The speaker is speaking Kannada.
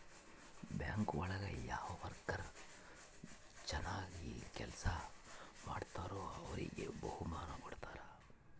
ಬ್ಯಾಂಕ್ ಒಳಗ ಯಾವ ವರ್ಕರ್ ಚನಾಗ್ ಕೆಲ್ಸ ಮಾಡ್ತಾರೋ ಅವ್ರಿಗೆ ಬಹುಮಾನ ಕೊಡ್ತಾರ